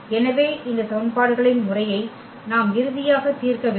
எனவே இந்த சமன்பாடுகளின் முறையை நாம் இறுதியாக தீர்க்க வேண்டும்